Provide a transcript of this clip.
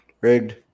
Rigged